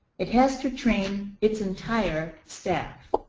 it has to train its entire staff.